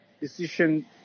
decision